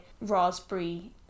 raspberry